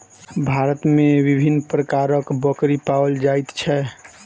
भारत मे विभिन्न प्रकारक बकरी पाओल जाइत छै